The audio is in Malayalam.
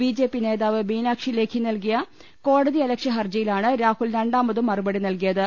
ബി ജെ പി നേതാവ് മീനാക്ഷി ലേഖി നൽകിയ കോടതിയലക്ഷ്യ ഹർജിയിലാണ് രാഹുൽ രണ്ടാ മതും മറുപടി നൽകിയത്